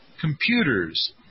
computers